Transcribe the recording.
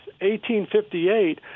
1858